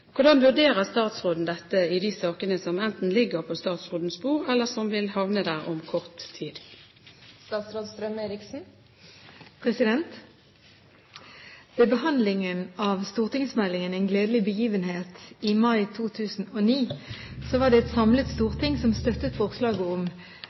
Hvordan vurderer statsråden dette i de sakene som enten ligger på statsrådens bord, eller som vil havne der om kort tid?» Ved behandlingen av stortingsmeldingen «En gledelig begivenhet» i mai 2009 var det et samlet